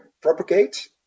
propagate